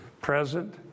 present